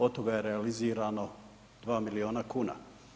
Od toga je realizirano 2 milijuna kuna.